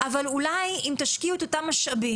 אבל אולי אם תשקיעו את אותם משאבים,